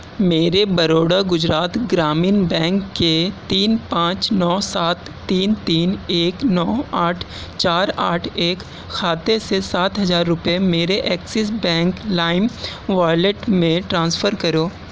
میرے بروڈا گجرات گرامین بینک کے تین پانچ نو سات تین تین ایک نو آٹھ چار آٹھ ایک کھاتے سے سات ہزار روپئے میرے ایکسس بینک لائم والیٹ میں ٹرانسفر کرو